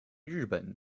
日本